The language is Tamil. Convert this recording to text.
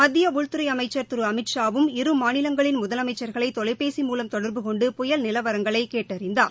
மத்திய உள்துறை அமைச்சா் திரு அமித்ஷா வும் இரு மாநிலங்களின் முதலமைச்சா்களை தொலைபேசி மூலம் தொடர்பு கொண்டு புயல் நிலவரங்களை கேட்டறிந்தார்